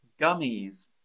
Gummies